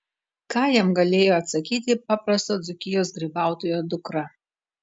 ką jam galėjo atsakyti paprasto dzūkijos grybautojo dukra